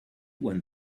won